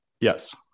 Yes